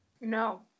No